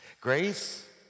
Grace